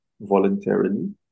voluntarily